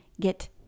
get